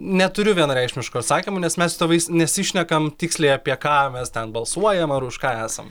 neturiu vienareikšmiško atsakymo nes mes su tėvais nesišnekam tiksliai apie ką mes ten balsuojam ar už ką esam